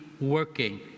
working